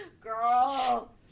Girl